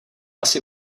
asi